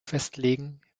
festlegen